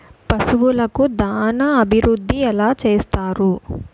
పశువులకు దాన అభివృద్ధి ఎలా చేస్తారు?